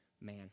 Man